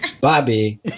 Bobby